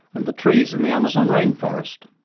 and the trees in the amazon rainforest.